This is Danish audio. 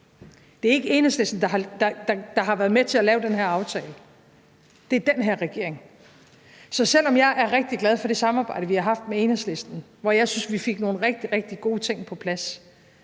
Det er ikke Enhedslisten, der har været med til at lave den her aftale. Det er den her regering. Så selv om jeg er rigtig glad for det samarbejde, vi har haft med Enhedslisten, hvor jeg synes, vi fik nogle rigtig, rigtig gode ting på plads,